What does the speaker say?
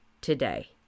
today